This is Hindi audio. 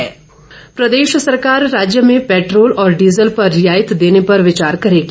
मुख्यमंत्री प्रदेश सरकार राज्य में पैट्रोल और डीज़ल पर रियायत देने पर विचार करेगी